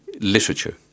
literature